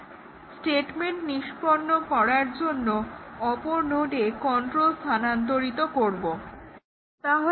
একটা স্টেটমেন্ট নিষ্পন্ন করার জন্য অপর নোডে কন্ট্রোল স্থানান্তরিত হতে পারে